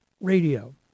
Radio